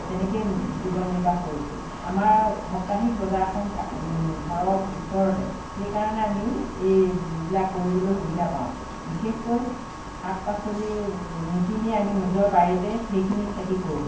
তেনেকেই জীৱন নিৰ্বাহ কৰিছোঁ আমাৰ সপ্তাহিক বজাৰখন ঘৰৰ ওচৰতে সেইকাৰণে আমি এইবিলাক কৰিবলৈ সুবিধা পাওঁ বিশেষকৈ শাক পাচলি নিকিনি আমি নিজৰ বাৰীতে সেইখিনি খেতি কৰোঁ